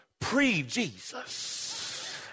pre-Jesus